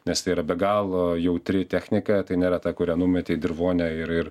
nes tai yra be galo jautri technika tai nėra ta kurią numetei dirvone ir ir